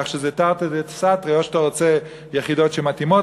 כך שזה תרתי דסתרי: או שאתה רוצה יחידות שמתאימות